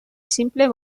simple